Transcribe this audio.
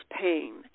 pain